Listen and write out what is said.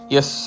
Yes